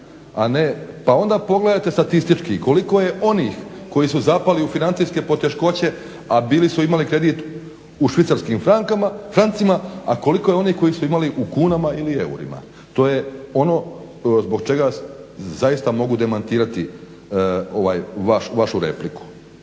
Pa onda pogledajte statistički koliko je onih koji su zapali u financijske poteškoće a imali su kredit u švicarskim francima a koliko je onih koji su imali u kunama ili u eurima. To je ono zbog čega zaista mogu demantirati vašu repliku.